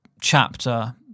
chapter